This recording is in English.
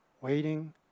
waiting